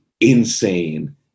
insane